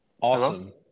Awesome